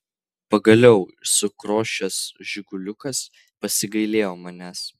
pagaliau sukriošęs žiguliukas pasigailėjo manęs